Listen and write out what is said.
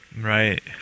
right